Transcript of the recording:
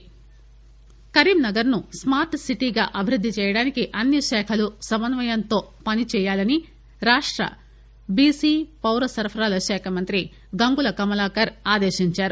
కరీంనగర్ కరీంనగర్ ను స్కార్ట్ సిటీగా అభివృద్ది చేయడానికి అన్ని శాఖలు సమన్నయంతో పని చేయాలని రాష్ట్ర బీసీ పౌర సరఫరాల శాఖ మంత్రి గంగుల కమలాకర్ ఆదేశించారు